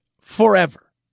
forever